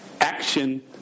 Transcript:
action